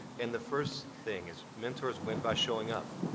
and the first thing is mentors win by showing up.